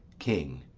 king.